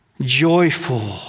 joyful